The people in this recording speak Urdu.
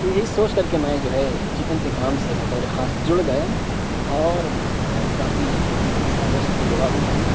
یہی سوچ کر کے میں جو ہے چکن کے کام سے بطور خاص جڑ گیا اور کافی سالوں سے اِس سے جُڑا ہُوا ہوں